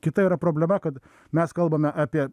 kita yra problema kad mes kalbame apie